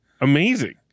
amazing